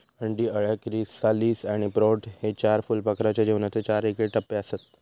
अंडी, अळ्या, क्रिसालिस आणि प्रौढ हे चार फुलपाखराच्या जीवनाचे चार येगळे टप्पेआसत